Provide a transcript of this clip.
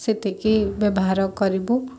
ସେତିକି ବ୍ୟବହାର କରିବୁ